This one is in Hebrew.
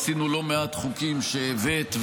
עשינו לא מעט חוקים שהבאת,